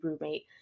roommate